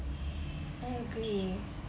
I agree